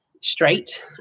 straight